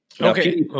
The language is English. Okay